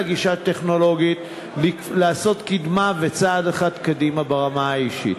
גישה טכנולוגית להשיג קדמה וצעד אחד קדימה ברמה האישית.